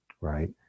right